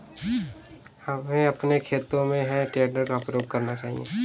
हमें अपने खेतों में हे टेडर का प्रयोग करना चाहिए